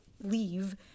leave